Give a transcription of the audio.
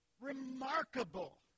remarkable